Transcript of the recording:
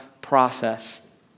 process